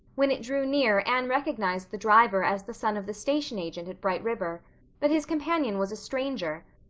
when it drew near anne recognized the driver as the son of the station agent at bright river but his companion was a stranger.